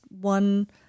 one